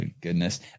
goodness